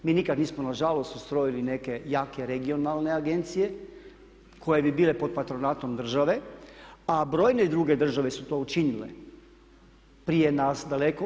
Mi nikad nismo na žalost ustrojili neke jake regionalne agencije koje bi bile pod patronatom države, a brojne druge države su to učinile prije nas daleko.